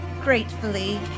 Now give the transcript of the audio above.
gratefully